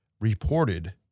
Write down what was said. reported